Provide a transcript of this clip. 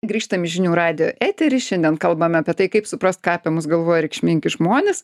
grįžtam į žinių radijo eterį šiandien kalbame apie tai kaip suprast ką apie mus galvoja reikšmingi žmonės